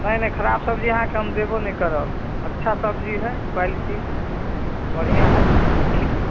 नहि नहि खराब सब्जी अहाँके हम देबो नहि करब अच्छा सब्जी हइ क्वालिटी बढ़िआँ हइ